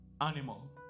animal